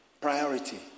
Priority